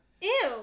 Ew